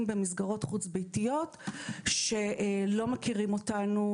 במסגרות חוץ-ביתיות שלא מכירים אותנו,